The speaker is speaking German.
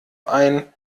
ein